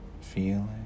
feeling